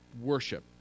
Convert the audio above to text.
worship